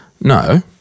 No